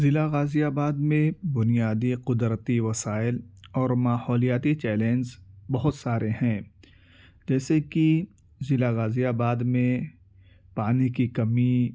ضلع غازی آباد میں بنیادی قدرتی وسائل اور ماحولیاتی چیلنج بہت سارے ہیں جیسے کہ ضلع غازی آباد میں پانی کی کمی